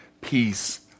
peace